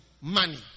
money